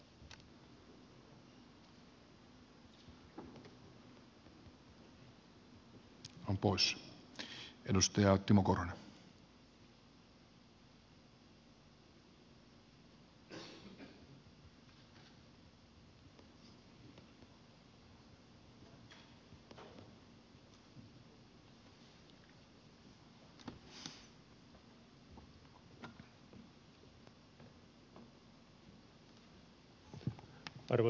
arvoisa puhemies